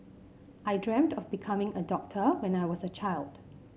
I dreamt of becoming a doctor when I was a child